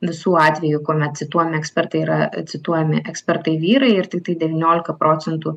visų atvejų kuomet cituojami ekspertai yra cituojami ekspertai vyrai ir tiktai devyniolika procentų